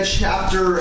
chapter